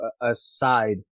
aside